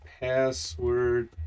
password